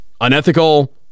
Unethical